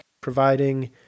providing